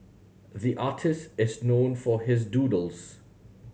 the artist is known for his doodles